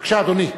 בבקשה, אדוני.